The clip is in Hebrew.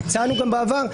והצענו גם בעבר,